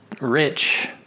rich